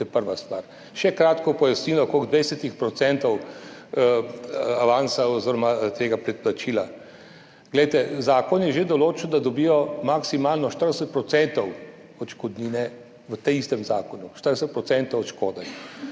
To je prva stvar. Še kratko pojasnilo okrog 20 % avansa oziroma tega predplačila. Glejte, zakon je že določil, da dobijo maksimalno 40 % odškodnine v tem istem zakonu, 40 % od škode.